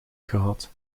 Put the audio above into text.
gehad